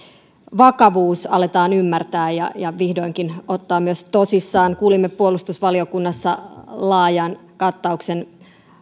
vakavuus aletaan ymmärtää ja ja vihdoinkin ottaa myös tosissaan kuulimme puolustusvaliokunnassa laajan kattauksen